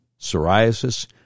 psoriasis